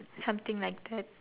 something like that